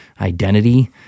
identity